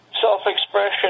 self-expression